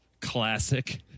Classic